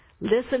listen